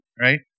right